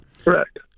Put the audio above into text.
correct